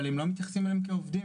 אבל הם לא מתייחסים אליהם כעובדים.